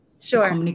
Sure